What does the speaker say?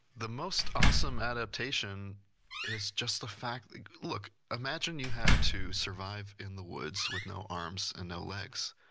the most awesome adaptation is just the fact. look, imagine you had to survive in the woods with no arms and no legs.